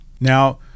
Now